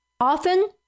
often